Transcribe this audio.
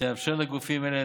ותאפשר לגופים אלה